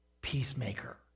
peacemaker